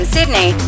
Sydney